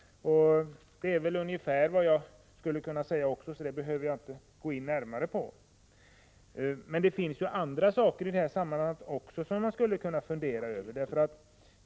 Det är också ungefär vad jag skulle kunna säga, och därför behöver jag inte gå in närmare på det. Men det finns andra saker i det här sammanhanget som man också skulle kunna fundera över.